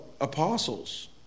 apostles